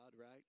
right